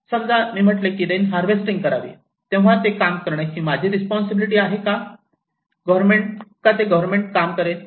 समजा मी म्हटले की रेन वॉटर हार्वेस्टिंग करावी तेव्हा ते काम करण्याचे माझी रेस्पोंसिबिलिटी आहे का गव्हर्मेंट ते काम करेन